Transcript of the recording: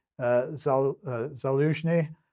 Zaluzhny